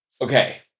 okay